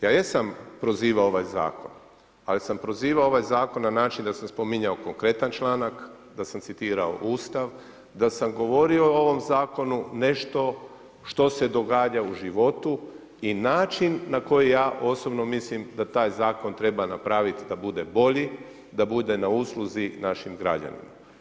Ja jesam prozivao ovaj zakon ali sam prozivao ovaj zakon na način da sam spominjao konkretan članak, da sam citirao Ustav, da sam govorio o ovome zakonu nešto što se događa u životu i način na koji ja osobno mislim da taj zakon treba napraviti da bude bolji, da bude na usluzi našim građanima.